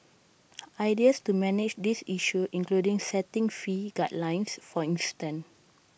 ideas to manage this issue include setting fee guidelines for instance